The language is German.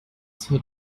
zur